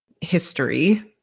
history